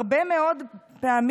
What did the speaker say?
הרבה מאוד פעמים,